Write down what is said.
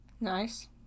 Nice